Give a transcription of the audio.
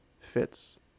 fits